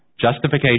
justification